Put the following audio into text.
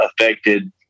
affected